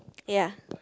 ya